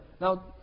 Now